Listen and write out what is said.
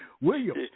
William